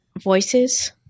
Voices